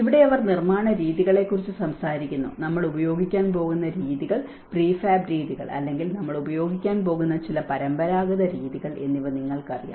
ഇവിടെ അവർ നിർമ്മാണ രീതികളെക്കുറിച്ച് സംസാരിക്കുന്നു നമ്മൾ ഉപയോഗിക്കാൻ പോകുന്ന രീതികൾ പ്രീഫാബ് രീതികൾ അല്ലെങ്കിൽ നമ്മൾ ഉപയോഗിക്കാൻ പോകുന്ന ചില പരമ്പരാഗത രീതികൾ എന്നിവ നിങ്ങൾക്കറിയാം